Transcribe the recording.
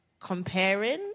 comparing